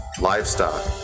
livestock